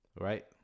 right